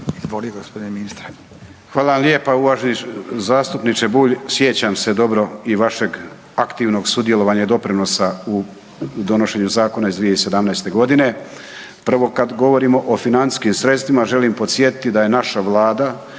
Hvala vam lijepa, uvaženi zastupniče Bulj. Sjećam se dobro i vašeg aktivnog sudjelovanja i doprinosa u donošenju zakona iz 2017. godine. Prvo, kad govorimo o financijskim sredstvima, želim podsjetiti da je naša Vlada